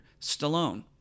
Stallone